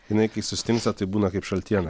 jinai kai sustingsta tai būna kaip šaltiena